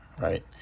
Right